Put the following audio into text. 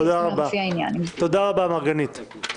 תודה רבה מרגנית.